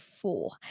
four